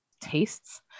tastes